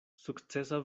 sukcesa